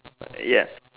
uh ya